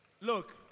Look